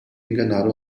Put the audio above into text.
enganar